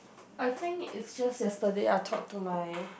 I think it's just yesterday I talk to my